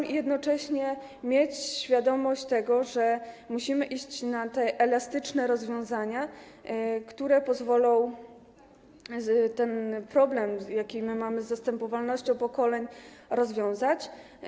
Trzeba jednocześnie mieć świadomość, że musimy stosować te elastyczne rozwiązania, które pozwolą ten problem, jaki mamy z zastępowalnością pokoleń, rozwiązać.